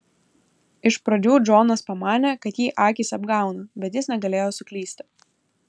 iš pradžių džonas pamanė kad jį akys apgauna bet jis negalėjo suklysti